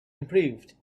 improved